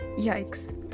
Yikes